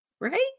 Right